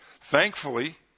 Thankfully